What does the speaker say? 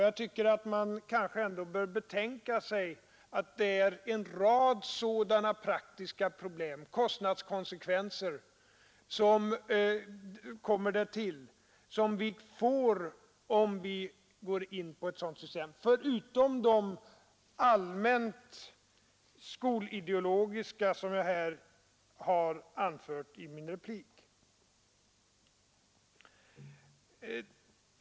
Jag tycker att man ändå bör betänka att vi får en rad praktiska problem — och kostnadskonsekvenser som kommer därtill — om vi går in på ett sådant system, förutom de allmänt skolideologiska problem som jag har pekat på i min replik.